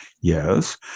Yes